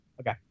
Okay